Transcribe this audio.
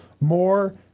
more